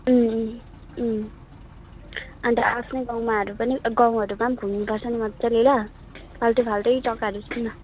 अँ अँ अँ अन्त आफ्नै गाउँमाहरू पनि गाउँहरूमा पनि घुम्नुपर्छ नि मज्जाले ल फाल्टो फाल्टै जग्गाहरू जाउँ न